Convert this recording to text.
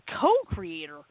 co-creator